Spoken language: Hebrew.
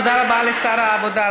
תודה רבה לשר העבודה,